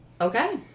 Okay